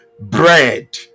Bread